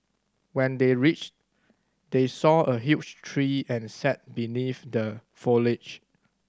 when they reached they saw a huge tree and sat beneath the foliage